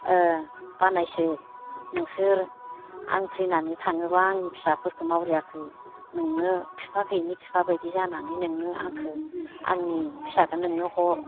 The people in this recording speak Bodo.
बानायसो नोंसोर आं थैनानै थाङोबा आंनि फिसाफोरखौ मावरियाखौ नोंनो बिफा गैयिनि बिफा बायदि जानानै नोंनो आंखौ आंनि फिसाखौ नोंनो हर